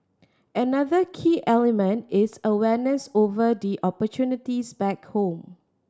another key element is awareness over the opportunities back home